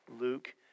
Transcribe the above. Luke